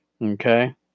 Okay